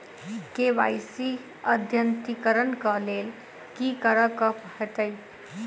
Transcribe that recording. KYC अद्यतनीकरण कऽ लेल की करऽ कऽ हेतइ?